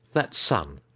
that son.